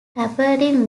tapering